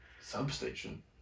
substation